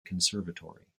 conservatory